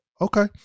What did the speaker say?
okay